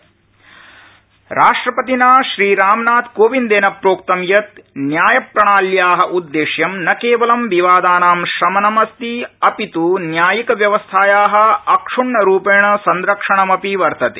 राष्ट्रपति न्यायप्रणाली राष्ट्रपतिना श्रीरामनाथ कोविन्देन प्रोक्त यत् न्याय प्रणाल्या उद्देश्य न केवल विवादानी शमने अस्ति अपित् न्यायिकव्यवस्थाया अक्षण्णरूपेण संरक्षणमपि वर्तते